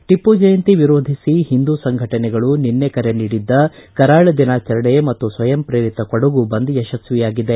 ಟಿಪ್ನುಜಯಂತಿ ವಿರೋಧಿಸಿ ಹಿಂದೂ ಸಂಘಟನೆಗಳು ನಿನ್ನೆ ಕರೆ ನೀಡಿದ್ದ ಕರಾಳ ದಿನಾಚರಣೆ ಮತ್ತು ಸ್ವಯಂ ಪ್ರೇರಿತ ಕೊಡಗು ಬಂದ್ ಯಶಸ್ವಿಯಾಗಿದೆ